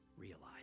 realize